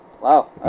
wow